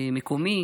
המקומי,